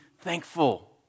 thankful